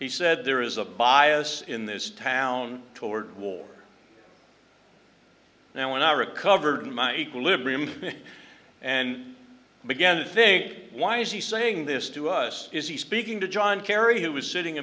he said there is a bias in this town toward war now when i recovered my equilibrium and began to think why is he saying this to us is he speaking to john kerry who was sitting